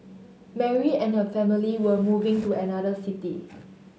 Mary and her family were moving to another city